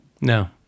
No